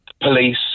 police